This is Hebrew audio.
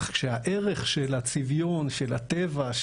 אך כשהערך של הצביון של הטבע,